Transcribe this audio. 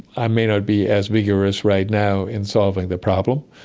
i may not be as vigorous right now in solving the problem.